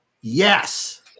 yes